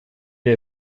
est